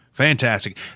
Fantastic